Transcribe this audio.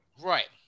Right